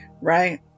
right